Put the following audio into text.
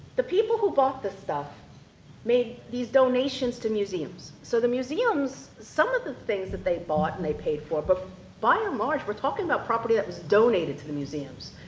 the people who bought this stuff made these donations to museums. so the museums, some of the things that they bought and they paid for, but by and um large we're talking about property that was donated to the museums.